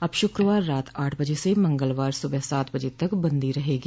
अब शुक्रवार रात आठ बजे से मंगलवार सुबह सात बजे तक बंदी रहेगी